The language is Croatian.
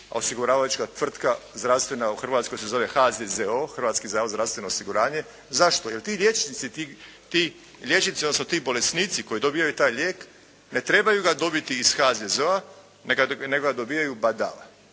osiguravajuća tvrtka zdravstvena u Hrvatskoj se zove HZZO - Hrvatski zavod za zdravstveno osiguranje. Zašto? Jer ti liječnici, odnosno ti bolesnici koji dobivaju taj lijek, ne trebaju ga dobiti iz HZZO-a nego ga dobivaju badava.